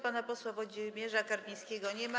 Pana posła Włodzimierza Karpińskiego nie ma.